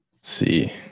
see